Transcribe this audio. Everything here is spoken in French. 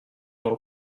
dans